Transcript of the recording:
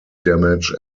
damage